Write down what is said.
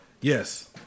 yes